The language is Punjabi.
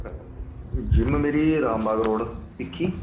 ਜਿੰਮ ਮੇਰੀ ਰਾਮਾ ਰੋਡ ਭਿੱਖੀ